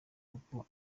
kuko